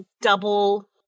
double